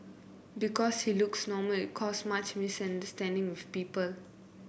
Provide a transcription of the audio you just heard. because he looks normal it's caused much misunderstanding with people